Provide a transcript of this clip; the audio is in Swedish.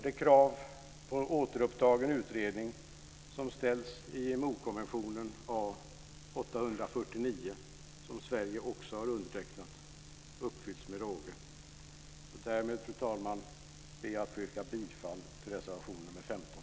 Det krav på återupptagen utredning som ställs i IMO-konventionen A849, som också Sverige har undertecknat, uppfylls med råge. Därmed, fru talman, ber jag få yrka bifall till reservation nr 15.